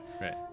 right